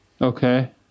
Okay